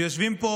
יושבים פה